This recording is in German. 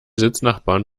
sitznachbarn